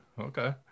okay